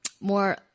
more